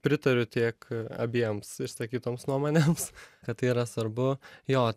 pritariu tiek abiems išsakytoms nuomonėms kad tai yra svarbu jo